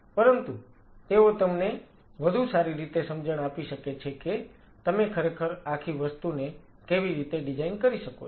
પરંતુ તેઓ તમને વધુ સારી રીતે સમજણ આપી શકે છે કે તમે ખરેખર આખી વસ્તુને કેવી રીતે ડિઝાઇન કરી શકો છો